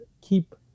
keep